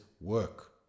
work